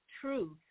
truth